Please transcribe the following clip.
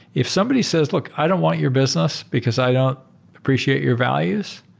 if somebody says, look. i don't want your business because i don't appreciate your values,